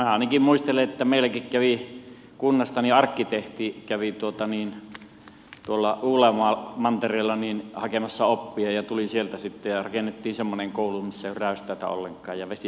minä ainakin muistelen että meilläkin kävi kunnasta arkkitehti tuolla uudella mantereella hakemassa oppia ja tuli sieltä sitten ja rakennettiin semmoinen koulu missä ei ollut räystäitä ollenkaan ja vesi meni heti sisälle